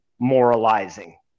moralizing